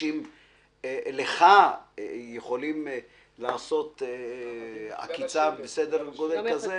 שאם לך יכולים לעשות עקיצה בסדר גודל כזה,